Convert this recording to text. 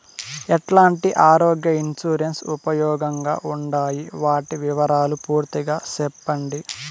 ఎట్లాంటి ఆరోగ్య ఇన్సూరెన్సు ఉపయోగం గా ఉండాయి వాటి వివరాలు పూర్తిగా సెప్పండి?